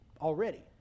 already